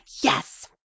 yes